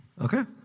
Okay